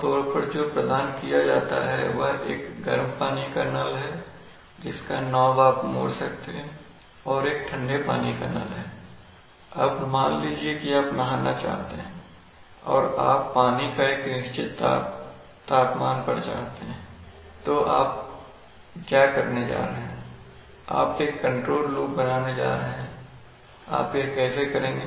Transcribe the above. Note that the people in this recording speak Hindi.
आम तौर पर जो प्रदान किया जाता है वह एक गर्म पानी का नल है जिसका नॉब आप मोड़ सकते हैं और एक ठंडे पानी का नल अब मान लीजिए कि आप नहाना चाहते हैं और आप पानी एक निश्चित तापमान पर चाहते हैं तो आप क्या करने जा रहे हैं आप एक कंट्रोल लूप बनाने जा रहे हैंआप यह कैसे करेंगे